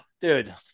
dude